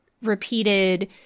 repeated